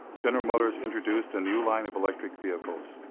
general motors introduced a new line of electric vehicles.